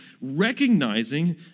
recognizing